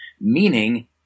meaning